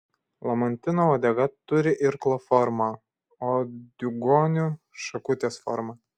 lamantino uodega turi irklo formą o diugonių šakutės formą